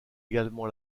également